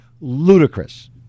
ludicrous